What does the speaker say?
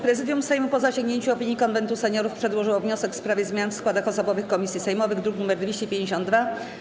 Prezydium Sejmu, po zasięgnięciu opinii Konwentu Seniorów, przedłożyło wniosek w sprawie zmian w składach osobowych komisji sejmowych, druk nr 252.